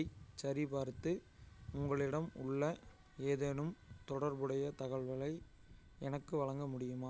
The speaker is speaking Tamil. ஐச் சரிபார்த்து உங்களிடம் உள்ள ஏதேனும் தொடர்புடைய தகவல்களை எனக்கு வழங்க முடியுமா